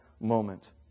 moment